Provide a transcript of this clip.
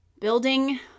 building